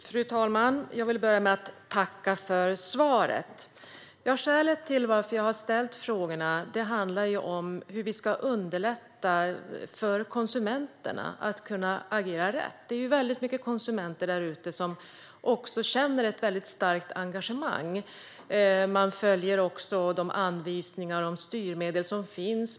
Fru talman! Jag vill börja med att tacka för svaret. Skälet till att jag har ställt frågorna är vikten av att underlätta för konsumenterna att kunna agera rätt. Det är väldigt många konsumenter som känner ett starkt engagemang. De följer också de anvisningar om styrmedel som finns.